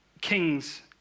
kings